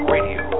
Radio